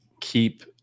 keep